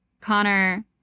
Connor